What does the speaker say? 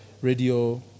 radio